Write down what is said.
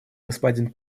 господин